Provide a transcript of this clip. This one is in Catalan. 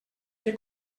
què